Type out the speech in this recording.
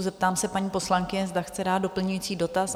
Zeptám se paní poslankyně, zda chce dát doplňující dotaz?